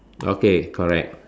okay correct